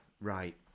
right